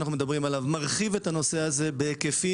שאנחנו מדברים עליו מרחיב את הנושא הזה בהיקפים